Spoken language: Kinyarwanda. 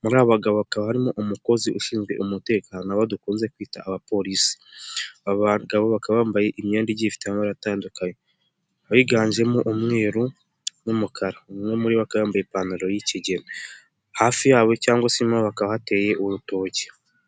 muri aba bagabo hakaba harimo umukozi ushinzwe umutekano abo dukunze kwita abapolisi, abagabo bakaba bambaye imyenda igiye ifite amabara atandukanye ayiganjemo umweru n'umukara, umwe muri bo akaba yambaye ipantaro y'ikigina, hafi yabo cyangwa se hakaba hateye urutoki.